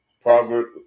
Proverbs